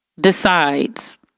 decides